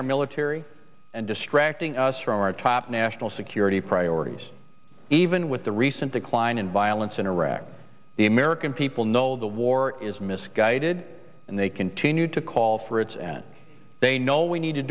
our military and distracting us from our top national security priorities even with the recent decline in violence in iraq the american people know the war is misguided and they continue to call for it's and they know we need to